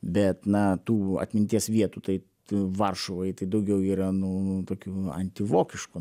bet na tų atminties vietų tai varšuvoj tai daugiau yra nu tokių antivokiškų